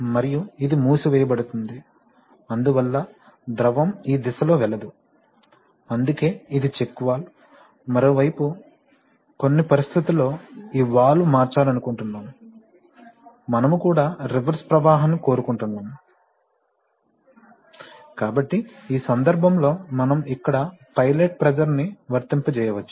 మరియు ఇది మూసివేయబడుతుంది అందువల్ల ద్రవం ఈ దిశలో వెళ్ళదు అందుకే ఇది చెక్ వాల్వ్ మరోవైపు కొన్ని పరిస్థితులలో ఈ వాల్వ్ మార్చాలనుకుంటున్నాము మనము కూడా రివర్స్ ప్రవాహాన్ని కోరుకుంటున్నాము కాబట్టి ఆ సందర్భంలో మనం ఇక్కడ పైలట్ ప్రెషర్ ని వర్తింపజేయవచ్చు